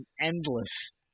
endless